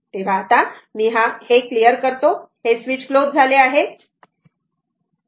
आता मी हे क्लिअर करते हे स्विच क्लोज झाले आहे हा स्विच क्लोज आहे बरोबर